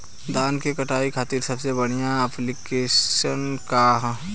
धान के कटनी खातिर सबसे बढ़िया ऐप्लिकेशनका ह?